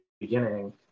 beginning